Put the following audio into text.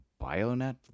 bionet